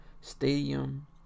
stadium